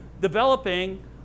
developing